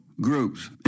groups